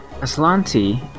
Aslanti